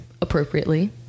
appropriately